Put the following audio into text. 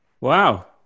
Wow